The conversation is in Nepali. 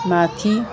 माथि